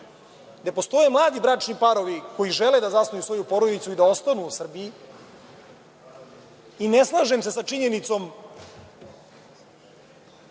gde postoje mladi bračni parovi koji žele da zasnuju svoju porodicu i da ostanu u Srbiji i ne slažem se sa činjenicom,